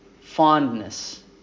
fondness